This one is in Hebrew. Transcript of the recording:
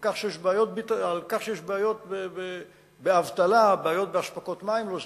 שיש בעיות אבטלה, בעיות באספקת מים לא סדירה,